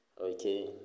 okay